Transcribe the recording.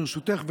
ברשותך,